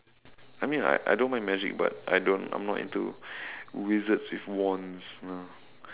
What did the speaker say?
I mean I I don't mind magic but I don't I'm not into wizards with wands you know